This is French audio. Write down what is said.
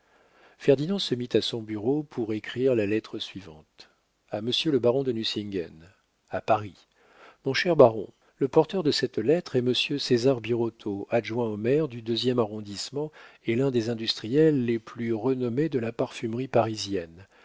ferdinand se mit à son bureau pour écrire la lettre suivante a monsieur le baron de nucingen a paris mon cher baron le porteur de cette lettre est monsieur césar birotteau adjoint au maire du deuxième arrondissement et l'un des industriels les plus renommés de la parfumerie parisienne